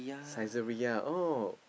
Saizeriya oh